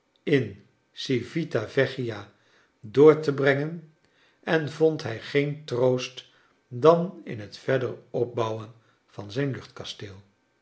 in civita vecohia door te brengen en vond hij geen troost dan in het verder opbouwen van zijn